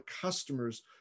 customers